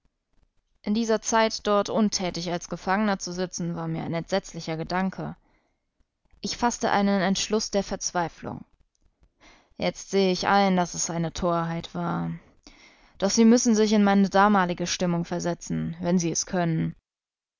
in dieser zeit dort untätig als gefangener zu sitzen war mir ein entsetzlicher gedanke ich faßte einen entschluß der verzweiflung jetzt sehe ich ein daß es eine torheit war doch sie müssen sich in meine damalige stimmung versetzen wenn sie es können